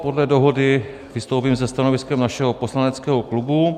Podle dohody vystoupím se stanoviskem našeho poslaneckého klubu.